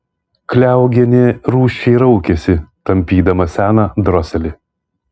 kliaugienė rūsčiai raukėsi tampydama seną droselį